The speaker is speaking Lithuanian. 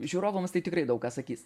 žiūrovams tai tikrai daug ką sakys